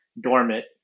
dormant